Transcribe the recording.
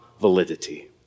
validity